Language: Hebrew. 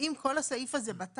האם כל הסעיף הזה בטל?